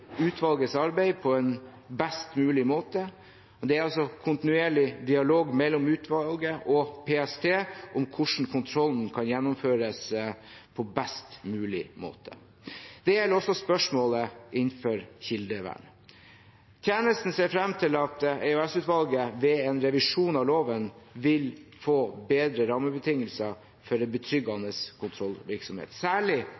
utvalgets arbeid på en best mulig måte. Det er altså kontinuerlig dialog mellom utvalget og PST om hvordan kontrollen kan gjennomføres på best mulig måte. Det gjelder også spørsmål innenfor kildevern. Tjenestene ser fram til at EOS-utvalget ved en revisjon av loven vil få bedre rammebetingelser for en